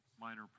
minor